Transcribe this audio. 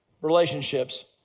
relationships